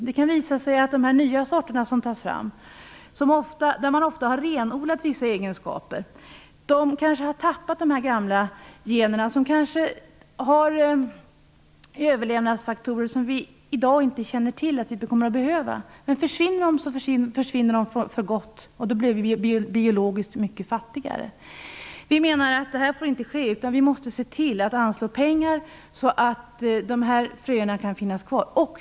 Det kan visa sig att de nya sorter som tas fram - där man ofta har renodlat vissa egenskaper - kanske har tappat de gamla generna. Dessa har kanske överlevnadsfaktorer som vi i dag inte känner till att vi kommer att behöva. Om de försvinner, försvinner de för gott, och då blir vi biologiskt mycket fattigare. Vi menar att detta inte får ske. Vi måste anslå pengar så att dessa fröer kan finnas kvar.